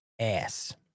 ass